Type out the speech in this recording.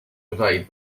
evade